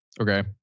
Okay